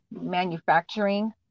manufacturing